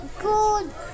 good